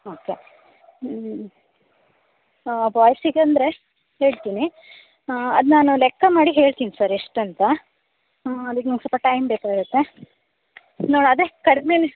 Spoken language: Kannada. ಓಕೆ ಹ್ಞೂ ಬಾಯ್ಸಿಗೆ ಅಂದರೆ ಹೇಳ್ತೀನಿ ಅದು ನಾನು ಲೆಕ್ಕ ಮಾಡಿ ಹೇಳ್ತಿನಿ ಸರ್ ಎಷ್ಟು ಅಂತ ಅದಕ್ಕೆ ಒಂದು ಸ್ವಲ್ಪ ಟೈಮ್ ಬೇಕಾಗುತ್ತೆ ನೋಡಿ ಅದೆ ಕಡಿಮೆನೆ